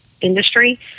industry